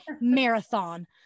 marathon